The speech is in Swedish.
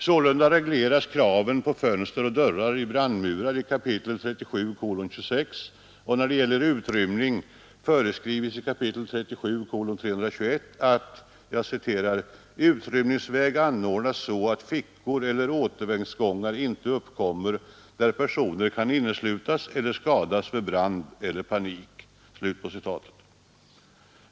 Sålunda regleras kraven på fönster och dörrar i brandmurar i 37:26, och när det gäller utrymning föreskrives i 37:321 att ”utrymningsväg anordnas så att fickor eller återvändsgångar inte uppkommer, där personer kan inneslutas eller skadas vid brand eller panik”.